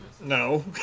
No